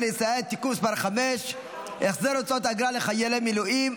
לישראל) (תיקון מס' 5) (החזר הוצאות אגרה לחיילי מילואים),